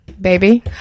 Baby